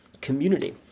community